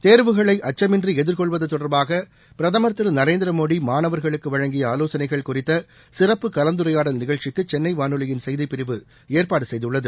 தேர்வுகளை அச்சமின்றி எதிர்கொள்வது தொடர்பாக பிரதமர் திரு நரேந்திரமோடி மாணவர்களுக்கு வழங்கிய ஆலோசனைகள் குறித்த சிறப்பு கலந்துரையாடல் நிகழ்ச்சிக்கு சென்னை வானொலியின் செய்திப்பிரிவு ஏற்பாடு செய்துள்ளது